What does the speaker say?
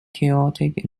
chaotic